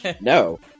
no